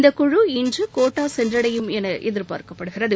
இந்த குழு இன்று கோட்டா சென்றடையும் என எதிர்பார்க்கப்படுகிறது